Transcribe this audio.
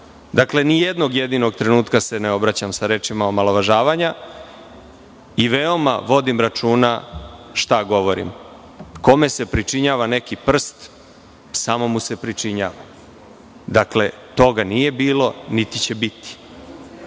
ni jednog jedinog trenutka se ne obraćam sa rečima omalovažavanja i veoma vodim računa šta govorim. Kome se pričinjava neki prst, samo mu se pričinjava. Toga nije bilo, niti će biti. Što